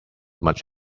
much